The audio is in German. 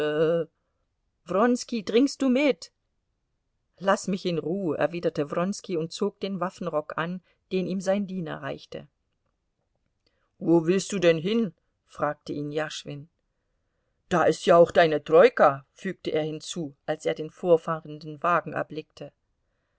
wronski trinkst du mit laß mich in ruh erwiderte wronski und zog den waffenrock an den ihm sein diener reichte wo willst du denn hin fragte ihn jaschwin da ist ja auch deine troika fügte er hinzu als er den vorfahrenden wagen erblickte